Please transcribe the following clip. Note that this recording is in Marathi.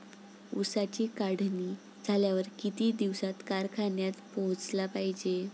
ऊसाची काढणी झाल्यावर किती दिवसात कारखान्यात पोहोचला पायजे?